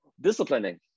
disciplining